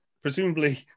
presumably